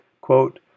Quote